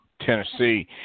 Tennessee